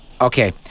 Okay